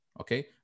Okay